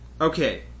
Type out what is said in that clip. Okay